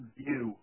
view